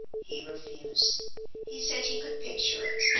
he refused he said he could picture it.